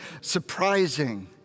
surprising